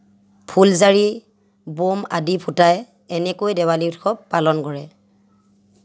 ফুলজাৰি ব'ম আদি ফুটাই এনেকৈ দেৱালী উৎসৱ পালন কৰে